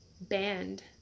band